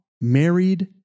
married